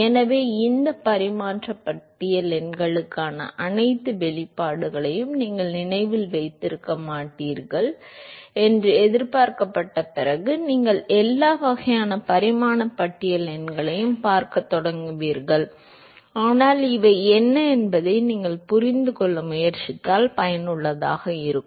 எனவே இந்த பரிமாணப் பட்டியல் எண்களுக்கான அனைத்து வெளிப்பாடுகளையும் நீங்கள் நினைவில் வைத்திருக்க மாட்டீர்கள் என்று எதிர்பார்க்கப்பட்ட பிறகு நீங்கள் எல்லா வகையான பரிமாணப் பட்டியல் எண்களையும் பார்க்கத் தொடங்குவீர்கள் ஆனால் இவை என்ன என்பதை நீங்கள் புரிந்து கொள்ள முயற்சித்தால் பயனுள்ளதாக இருக்கும்